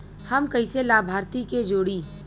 हम कइसे लाभार्थी के जोड़ी?